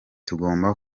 tugomba